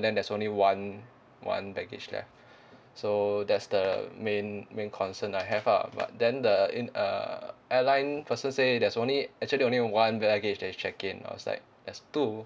then there's only one one baggage there so that's the main main concern I have ah but then the in uh airline person say there's only actually only one baggage that you check in I was like there's two